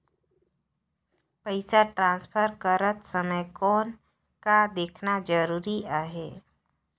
पइसा ट्रांसफर करत समय कौन का देखना ज़रूरी आहे?